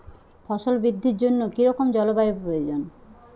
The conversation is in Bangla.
ফসল বৃদ্ধির জন্য কী রকম জলবায়ু প্রয়োজন?